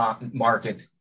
market